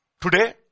Today